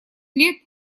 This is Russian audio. лет